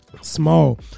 small